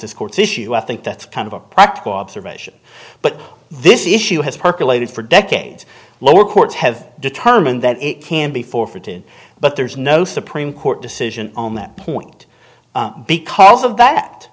this court's issue i think that's kind of a practical observation but this issue has percolated for decades lower courts have determined that it can be forfeited but there is no supreme court decision on that point because of that